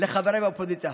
לחבריי באופוזיציה.